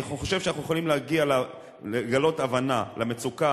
אני חושב שאנחנו יכולים לגלות הבנה למצוקה